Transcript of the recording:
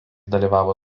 dalyvavo